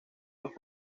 los